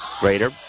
Raider